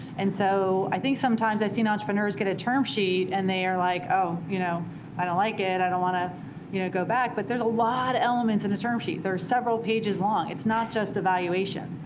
and so i think sometimes, i've seen entrepreneurs get a term sheet, and they're like, oh, you know i don't like it. i don't want to you know go back. but there's a lot of elements in a term sheet. they're several pages long. it's not just a valuation.